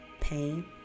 pain